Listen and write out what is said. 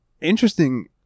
interesting